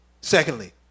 Secondly